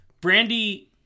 brandy